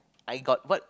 I got what